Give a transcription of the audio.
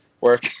work